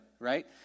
right